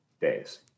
days